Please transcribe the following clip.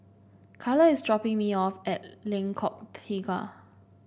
Kyla is dropping me off at Lengkok Tiga